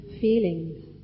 feelings